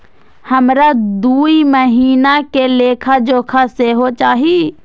हमरा दूय महीना के लेखा जोखा सेहो चाही